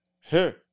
Hey